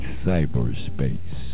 cyberspace